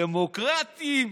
דמוקרטים,